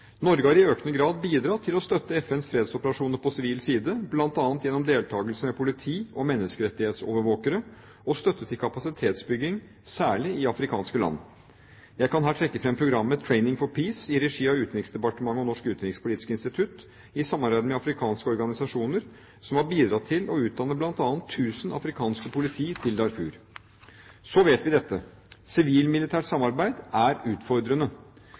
Norge har i økende grad bidratt til å støtte FNs fredsoperasjoner på sivil side, bl.a. gjennom deltakelse med politi og menneskerettighetsovervåkere, og støtte til kapasitetsbygging, særlig i afrikanske land. Jeg kan her trekke fram programmet Training for Peace, i regi av Utenriksdepartementet og Norsk Utenrikspolitisk Institutt i samarbeid med afrikanske organisasjoner, som har bidratt til å utdanne bl.a. 1 000 afrikanske politi til Darfur. Så vet vi dette: Sivilt-militært samarbeid er utfordrende.